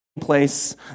place